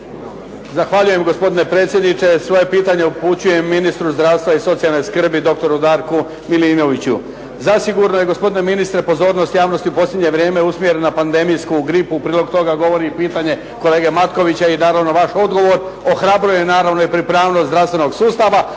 Zahvaljujem gospodine predsjedniče. Svoje pitanje upućujem ministru zdravstva i socijalne skrbi, dr. Darku Milinoviću. Zasigurno je gospodine ministre pozornost javnosti u posljednje usmjerena na pandemijsku gripu. U prilog toga govori i pitanje kolege Matkovića i naravno i vaš odgovor. Ohrabruje naravno i pripravnost zdravstvenog sustava.